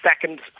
second